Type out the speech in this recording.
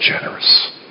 generous